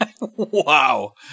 Wow